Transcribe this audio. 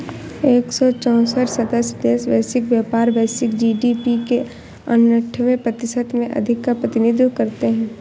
एक सौ चौसठ सदस्य देश वैश्विक व्यापार, वैश्विक जी.डी.पी के अन्ठान्वे प्रतिशत से अधिक का प्रतिनिधित्व करते हैं